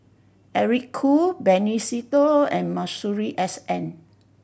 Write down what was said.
Eric Khoo Benny Se Teo and Masuri S N